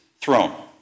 throne